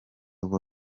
ubu